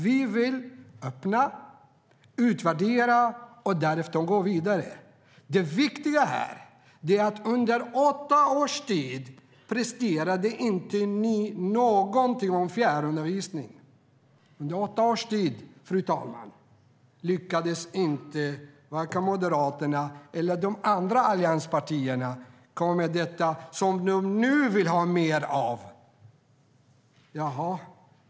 Vi vill öppna, utvärdera och därefter gå vidare. Under åtta års tid gjorde ni inte något för fjärrundervisningen. Under åtta års tid lyckades varken Moderaterna eller de andra allianspartierna komma med det som de nu vill ha mer av.